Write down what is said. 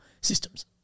systems